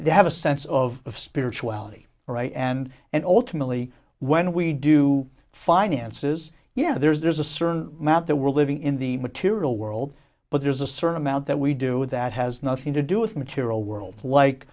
they have a sense of spirituality right and and ultimately when we do finances yeah there's a certain amount that we're living in the material world but there's a certain amount that we do that has nothing to do with material world like